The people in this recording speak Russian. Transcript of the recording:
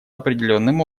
определенным